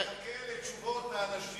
אני עדיין מחכה לתשובות מאנשים,